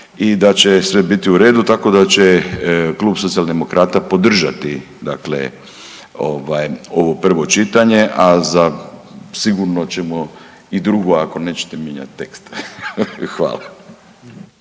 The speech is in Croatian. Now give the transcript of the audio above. i da će sve biti u redu, tako da će Klub socijaldemokrata podržati dakle ovaj, ovo prvo čitanje, a za sigurno ćemo i drugo, ako nećete mijenjati tekst. Hvala.